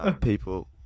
People